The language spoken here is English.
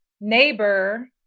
neighbor